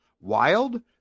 Wild